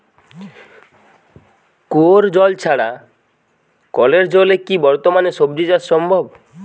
কুয়োর ছাড়া কলের কি বর্তমানে শ্বজিচাষ সম্ভব?